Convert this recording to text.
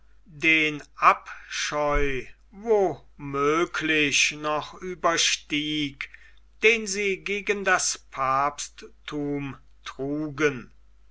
den abscheu wo möglich noch überstieg den sie gegen das papstthum trugen